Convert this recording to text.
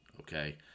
okay